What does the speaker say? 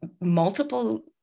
multiple